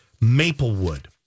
Maplewood